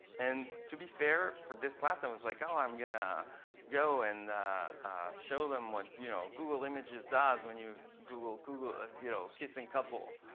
and to be fair, for this class i was like, oh, i'm going to go and show them what you know google images does. when you google google ah you know kissing couple,